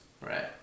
Right